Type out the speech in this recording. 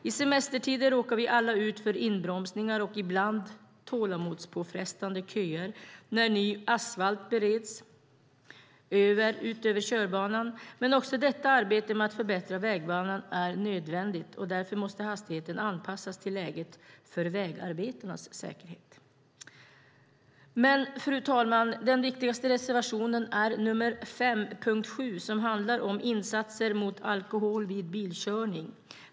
I semestertider råkar vi alla ut för inbromsningar och ibland tålamodsprövande köer när ny asfalt breds ut över körbanan, men också detta arbeta med att förbättra vägbanan är nödvändigt och därför måste hastigheten anpassas för vägarbetarnas säkerhet. Fru talman! Den viktigaste reservationen är nr 5 under punkt 7, som handlar om insatser mot alkohol vid bilkörning.